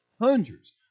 hundreds